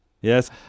Yes